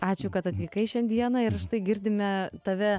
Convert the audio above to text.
ačiū kad atvykai šiandieną ir štai girdime tave